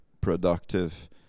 productive